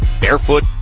barefoot